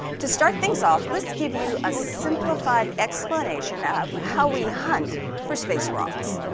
to start things off, let's give you a simplified explanation of how we hunt for space rocks.